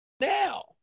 now